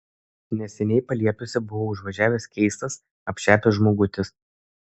neseniai paliepiuose buvo užvažiavęs keistas apšepęs žmogutis